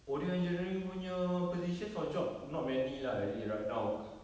audio engineering punya positions or job not many lah already right now beca~